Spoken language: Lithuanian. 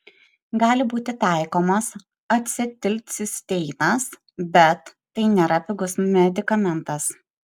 gali būti taikomas acetilcisteinas bet tai nėra pigus medikamentas